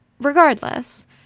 regardless